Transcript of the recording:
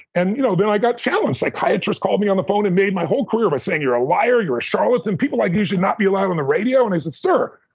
and you know i got challenged. psychiatrists called me on the phone and made my whole career by saying, you're a liar. you're a charlatan. people like you should not be allowed on the radio. and i said, sir,